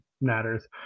matters